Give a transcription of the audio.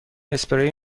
اسپری